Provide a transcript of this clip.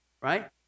right